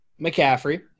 McCaffrey